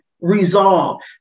resolve